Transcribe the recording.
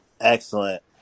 Excellent